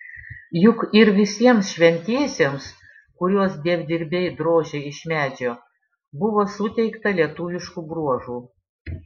juk ir visiems šventiesiems kuriuos dievdirbiai drožė iš medžio buvo suteikta lietuviškų bruožų